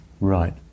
Right